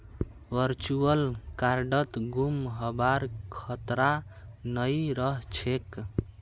virtual कार्डत गुम हबार खतरा नइ रह छेक